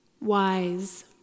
wise